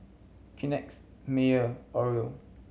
Kleenex Mayer Oreo